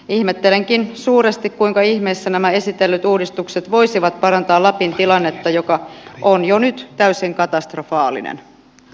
ihmettelenkin suuresti kuinka ihmeessä nämä esitellyt uudistukset voisivat parantaa lapin tilannetta joka on jo nyt täysin katastrofaalinen